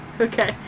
Okay